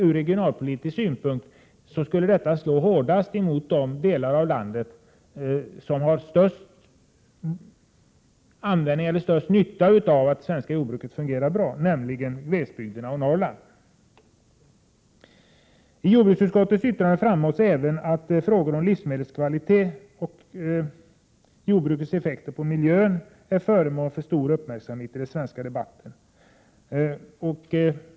Ur regionalpolitisk synpunkt skulle det slå hårdast mot de delar av landet som har störst nytta av att det svenska jordbruket fungerar bra, nämligen glesbygderna och Norrland. I jordbruksutskottets yttrande framhålls även att frågor om livsmedelskvalitet och jordbrukets effekter på miljön är föremål för stor uppmärksamhet i den svenska debatten.